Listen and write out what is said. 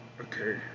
Okay